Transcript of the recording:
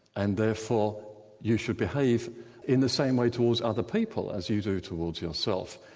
and therefore you should behave in the same way towards other people as you do towards yourself.